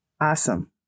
Awesome